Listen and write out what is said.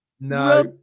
No